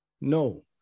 No